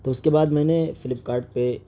تو اس کے بعد میں نے فلپکارٹ پہ